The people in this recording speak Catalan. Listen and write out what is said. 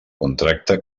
contracte